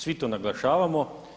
Svi to naglašavamo.